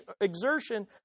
exertion